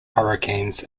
hurricanes